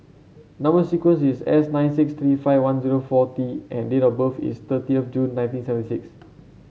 number sequence is S nine six three five one zero four T and date of birth is thirtieth of June nineteen seven six